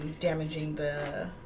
damaging the